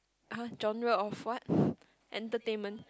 !huh! genre of what entertainment